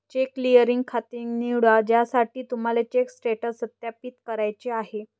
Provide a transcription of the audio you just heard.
check clearing खाते निवडा ज्यासाठी तुम्हाला चेक स्टेटस सत्यापित करायचे आहे